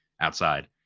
outside